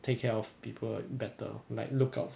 take care of people better like lookout